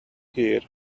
here